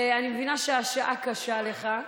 ואני מבינה שהשעה קשה לך.